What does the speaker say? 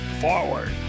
forward